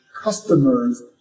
customers